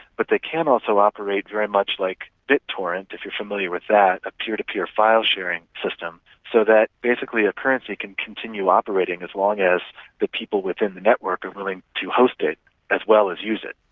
but they can also operate very much like bittorrent, if you're familiar with that, a peer to peer file-sharing system, so that basically a currency can continue operating as long as the people within network are willing to host it as well as use it.